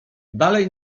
dalej